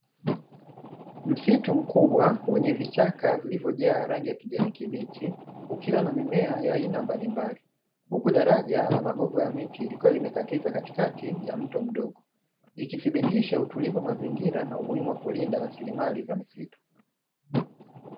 Msitu mkubwa wenye vichaka vilivyojaa rangi ya kijani kibichi ukiwa na mimea ya aina mbalimbali, huku daraja la magogo ya miti lilikuwa limekatiza katikati ya mto mdogo, ikithibitisha utulivu mazingira na umuhimu wa kulinda rasilimali za misitu.